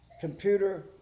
computer